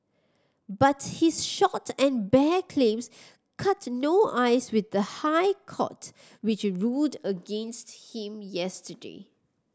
but his short and bare claims cut no ice with the High Court which ruled against him yesterday